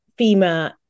FEMA